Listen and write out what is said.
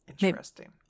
Interesting